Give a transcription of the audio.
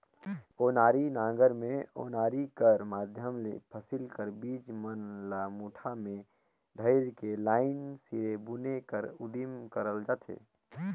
ओनारी नांगर मे ओनारी कर माध्यम ले फसिल कर बीज मन ल मुठा मे धइर के लाईन सिरे बुने कर उदिम करल जाथे